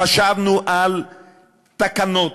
חשבנו על תקנות